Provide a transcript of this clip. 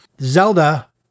Zelda